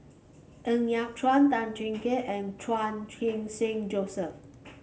Ng Yat Chuan Tan Jiak Kim and Chan Khun Sing Joseph